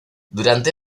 durante